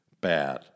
bad